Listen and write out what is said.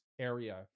area